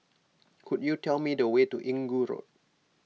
could you tell me the way to Inggu Road